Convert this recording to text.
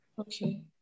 Okay